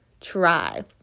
try